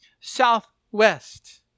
southwest